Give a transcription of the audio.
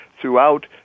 throughout